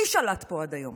מי שלט פה עד היום?